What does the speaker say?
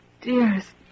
dearest